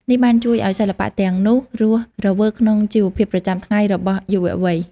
នេះបានជួយឲ្យសិល្បៈទាំងនោះរស់រវើកក្នុងជីវភាពប្រចាំថ្ងៃរបស់យុវវ័យ។